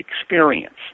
experience